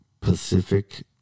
Pacific